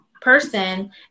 person